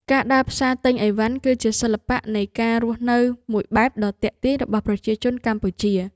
ការដើរផ្សារទិញអីវ៉ាន់គឺជាសិល្បៈនៃការរស់នៅមួយបែបដ៏ទាក់ទាញរបស់ប្រជាជនកម្ពុជា។